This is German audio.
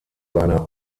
seiner